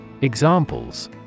Examples